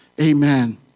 Amen